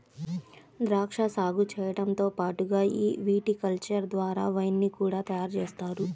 ద్రాక్షా సాగు చేయడంతో పాటుగా ఈ విటికల్చర్ ద్వారా వైన్ ని కూడా తయారుజేస్తారు